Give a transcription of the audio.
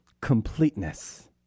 completeness